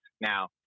Now